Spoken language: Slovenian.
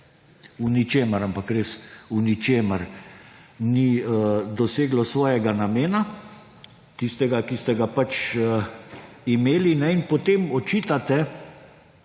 v ničemer, ampak res v ničemer ni dosegel svojega namena ‒ tistega, ki ste ga pač imeli ‒ in potem očitate,